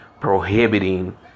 prohibiting